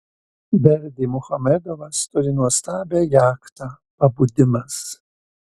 berdymuchamedovas turi nuostabią jachtą pabudimas